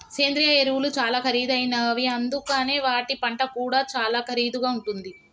సేంద్రియ ఎరువులు చాలా ఖరీదైనవి అందుకనే వాటి పంట కూడా చాలా ఖరీదుగా ఉంటుంది